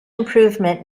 improvement